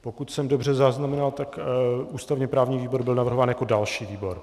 Pokud jsem dobře zaznamenal, tak ústavněprávní výbor byl navrhován jako další výbor.